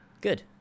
Good